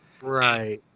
Right